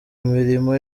imirimo